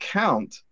count